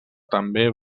també